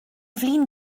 flin